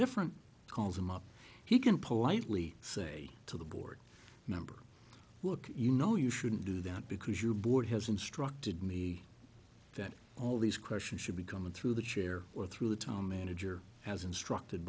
different calls him up he can politely say to the board member look you know you shouldn't do that because your board has instructed me that all these questions should be coming through the chair or through the town manager as instructed